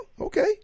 okay